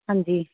ਹਾਂਜੀ